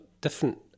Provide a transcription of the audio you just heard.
Different